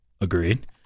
Agreed